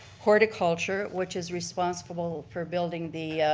horticulture which is responsible for building the,